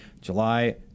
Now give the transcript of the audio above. July